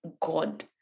God